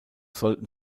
sollten